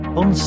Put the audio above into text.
on